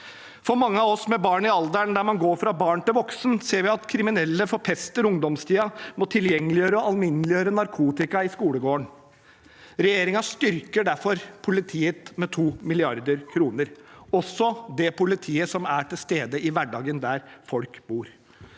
Mange av oss med barn i alderen der man går fra barn til voksen, ser at kriminelle forpester ungdomstiden med å tilgjengeliggjøre og alminneliggjøre narkotika i skolegården. Regjeringen styrker derfor politiet med 2 mrd. kr, også det politiet som er til stede i hverdagen, der folk bor.